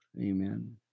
Amen